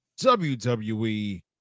WWE